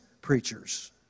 preachers